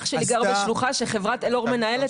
אח שלי גר בשלוחה שחברת אלאור מנהלת.